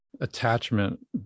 attachment